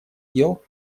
дел